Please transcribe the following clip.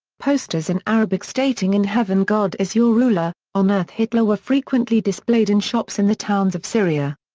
posters in arabic stating in heaven god is your ruler, on earth hitler were frequently displayed in shops in the towns of syria.